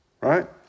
right